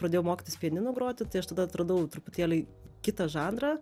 pradėjau mokytis pianinu groti tai aš tada atradau truputėlį kitą žanrą